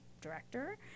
director